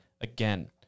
again